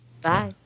Bye